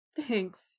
Thanks